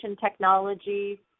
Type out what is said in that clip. technology